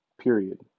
period